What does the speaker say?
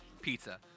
pizza